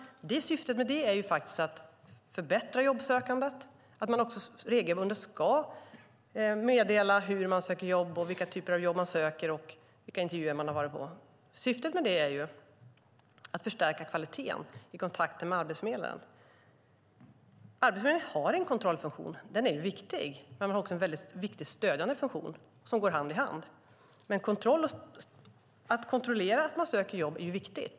Syftet med det är att förbättra jobbsökandet. De arbetslösa ska regelbundet meddela hur de söker jobb, vilken typ av jobb de söker och vilka intervjuer de har varit på. Syftet med det är att förstärka kvaliteten i kontakten med arbetsförmedlaren. Arbetsförmedlingen har en kontrollfunktion, och den är viktig. Den har också en väldigt viktig stödjande funktion som går hand i hand. Att kontrollera att människor söker jobb är viktigt.